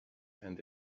and